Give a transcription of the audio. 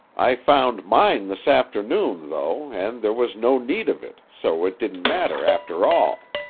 i found mine this afternoon, though, and there was no need of it, so it didn't matter after all.